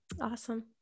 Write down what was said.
Awesome